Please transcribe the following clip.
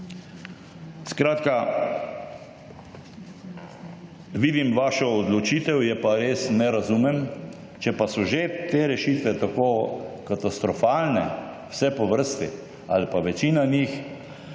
Skratka, vidim vašo odločitev, je pa res ne razumem. Če pa so že te rešitve tako katastrofalne, vse po vrsti, ali pa večina njih,